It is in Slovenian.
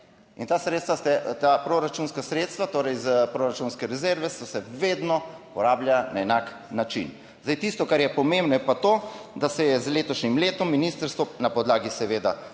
In ta sredstva, ta proračunska sredstva torej iz proračunske rezerve so se vedno porabljala na enak način. Zdaj tisto, kar je pomembno, je pa to, da se je z letošnjim letom ministrstvo na podlagi seveda